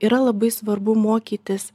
yra labai svarbu mokytis